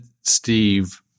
Steve